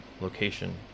location